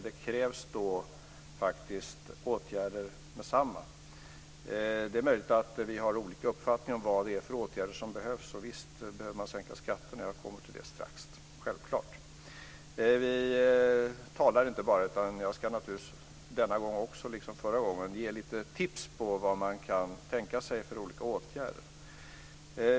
Det krävs faktiskt åtgärder meddetsamma. Det är möjligt att vi har olika uppfattningar om vad det är för åtgärder som behövs. Och visst behöver man sänka skatterna - självklart. Jag återkommer till det strax. Vi talar inte bara. Jag ska naturligtvis denna gång, liksom förra gången, ge lite tips på vad man kan tänka sig för åtgärder.